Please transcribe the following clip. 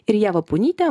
ir ieva punytė